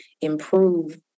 improve